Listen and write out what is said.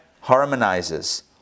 harmonizes